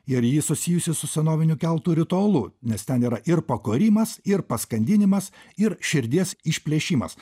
ir ji susijusi su senoviniu keltų ritualu nes ten yra ir pakorimas ir paskandinimas ir širdies išplėšimas